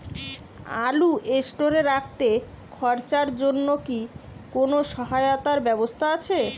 আলু স্টোরে রাখতে খরচার জন্যকি কোন সহায়তার ব্যবস্থা আছে?